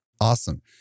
Awesome